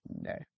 No